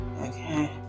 okay